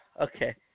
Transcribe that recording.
Okay